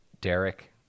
Derek